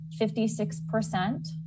56%